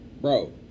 bro